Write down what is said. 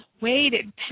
waited